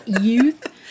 youth